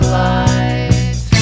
light